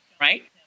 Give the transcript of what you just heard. right